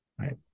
Right